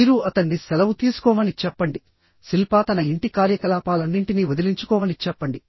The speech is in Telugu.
మీరు అతన్ని సెలవు తీసుకోమని చెప్పండి శిల్పా తన ఇంటి కార్యకలాపాలన్నింటినీ వదిలించుకోమని చెప్పండి